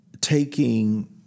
taking